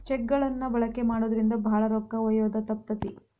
check ಗಳನ್ನ ಬಳಕೆ ಮಾಡೋದ್ರಿಂದ ಭಾಳ ರೊಕ್ಕ ಒಯ್ಯೋದ ತಪ್ತತಿ